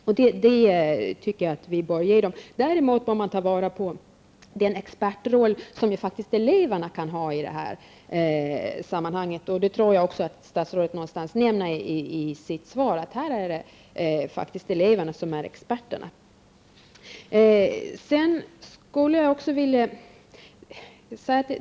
De hjälpmedlen tycker jag att vi bör ge dem. Man bör också ta till vara den expertkunskap som eleverna kan ha i det här sammanhanget. Jag tror också att statsrådet någonstans i sitt svar nämner att det här faktiskt är eleverna som är experterna.